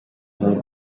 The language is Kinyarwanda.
n’u